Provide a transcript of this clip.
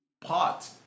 pot